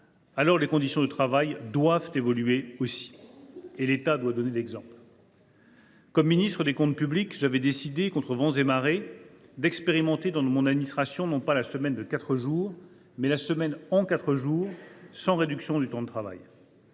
pas. Les conditions de travail doivent donc évoluer, et l’État doit donner l’exemple. « Comme ministre chargé des comptes publics, j’avais décidé, contre vents et marées, d’expérimenter dans mon administration, non pas la semaine de quatre jours, mais la semaine en quatre jours sans réduction du temps de travail.